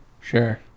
sure